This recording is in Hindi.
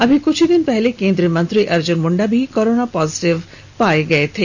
अभी कुछ ही दिन पहले केंद्रीय मंत्री अर्जुन मुंडा भी कोरोना पॉजिटिव पाए गए थे